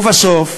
ובסוף,